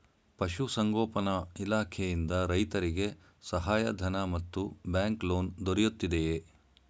ಪಶು ಸಂಗೋಪನಾ ಇಲಾಖೆಯಿಂದ ರೈತರಿಗೆ ಸಹಾಯ ಧನ ಮತ್ತು ಬ್ಯಾಂಕ್ ಲೋನ್ ದೊರೆಯುತ್ತಿದೆಯೇ?